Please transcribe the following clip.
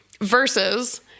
versus